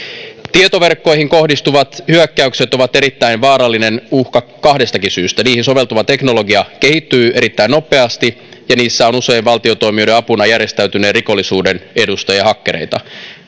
tietoverkkoihin kohdistuvat hyökkäykset ovat erittäin vaarallinen uhka kahdestakin syystä niihin soveltuva teknologia kehittyy erittäin nopeasti ja niissä on usein valtiotoimijoiden apuna järjestäytyneen rikollisuuden edustajia ja hakkereita